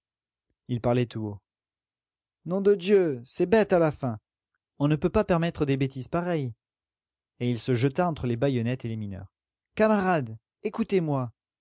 il parlait tout haut nom de dieu c'est bête à la fin on ne peut pas permettre des bêtises pareilles et il se jeta entre les baïonnettes et les mineurs camarades écoutez-moi